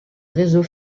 réseau